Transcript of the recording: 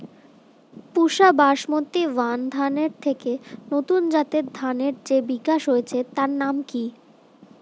পুসা Basmati one ধানের থেকে নতুন জাতের ধানের যে বিকাশ হয়েছে তার নাম কি?